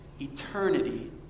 eternity